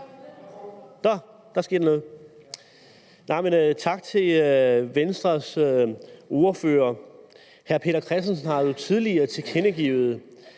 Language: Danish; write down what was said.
Farooq (RV): Tak til Venstres ordfører. Hr. Peter Christensen har jo tidligere tilkendegivet,